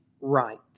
right